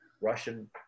Russian